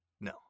no